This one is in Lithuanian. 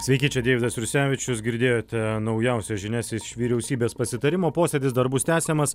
sveiki čia deividas jursevičius girdėjote naujausias žinias iš vyriausybės pasitarimo posėdis dar bus tęsiamas